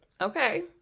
okay